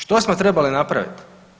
Što smo trebali napraviti?